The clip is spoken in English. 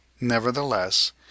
nevertheless